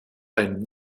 ein